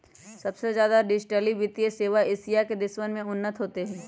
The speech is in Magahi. सबसे ज्यादा डिजिटल वित्तीय सेवा एशिया के देशवन में उन्नत होते हई